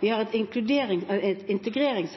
at